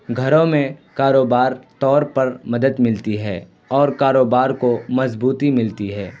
گھروں میں کاروبار طور پر مدد ملتی ہے اور کاروبار کو مضبوطی ملتی ہے